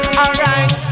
alright